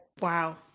Wow